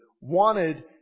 wanted